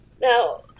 now